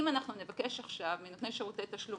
אם אנחנו נבקש עכשיו מנותני שירותי תשלום